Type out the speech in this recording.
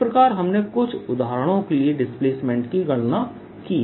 इस प्रकार हमने कुछ उदाहरणों के लिए डिस्प्लेसमेंट की गणना की है